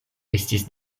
estis